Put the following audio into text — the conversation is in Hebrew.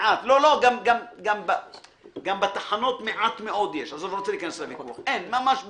גם בתחנות מעט מאוד יש, ממש בודדים.